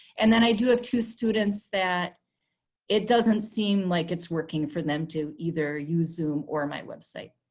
and then i do have two students that it doesn't seem like it's working for them to either use zoom or my website.